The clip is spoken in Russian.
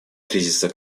кризиса